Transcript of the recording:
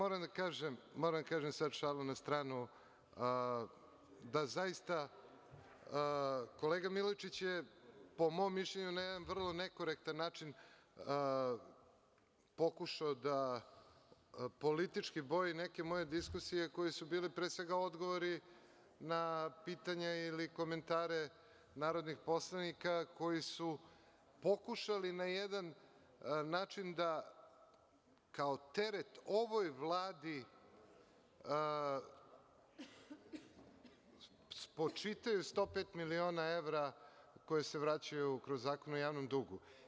Sad šalu na stranu, moram da kažem da zaista kolega Milojičić je, po mom mišljenju, na jedan vrlo nekorektan način pokušao da politički boji neke moje diskusije koje su bile pre svega odgovori na pitanje ili komentare narodnih poslanika koji su pokušali na jedan način da kao teret ovoj Vladi spočitaju 105 miliona evra koji se vraćaju kroz Zakon o javnom dugu.